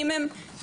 אם הם יבוטלו,